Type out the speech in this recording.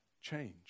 change